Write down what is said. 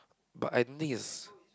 but I don't think is